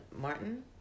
Martin